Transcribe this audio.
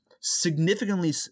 significantly